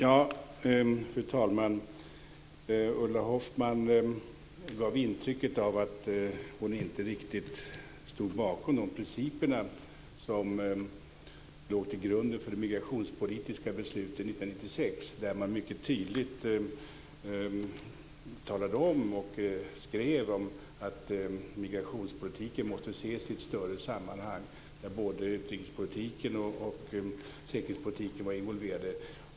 Fru talman! Ulla Hoffmann gav intryck av att hon inte riktigt stod bakom de principer som låg till grund för det migrationspolitiska beslutet 1996, där man mycket tydligt talade om att migrationspolitiken måste ses i ett större sammanhang, där både utrikespolitiken och säkerhetspolitiken är involverade.